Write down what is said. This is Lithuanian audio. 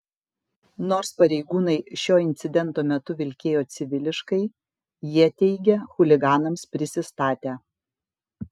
nors pareigūnai šio incidento metu vilkėjo civiliškai jie teigia chuliganams prisistatę